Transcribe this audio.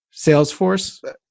Salesforce